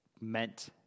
meant